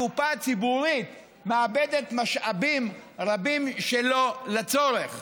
הקופה הציבורית מאבדת משאבים רבים שלא לצורך.